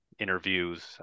interviews